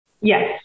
Yes